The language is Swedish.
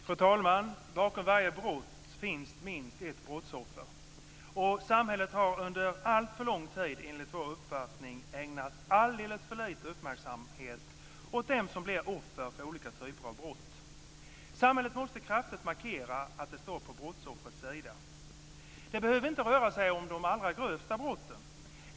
Fru talman! Bakom varje brott finns minst ett brottsoffer. Samhället har under alldeles för lång tid, enligt vår uppfattning, ägnat alldeles för lite uppmärksamhet åt dem som blir offer för olika typer av brott. Samhället måste kraftigt markera att det står på brottsoffrets sida. Det behöver inte röra sig om de allra grövsta brotten.